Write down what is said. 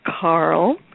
Carl